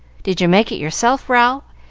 did you make it yourself, ral?